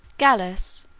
gallus,